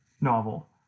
novel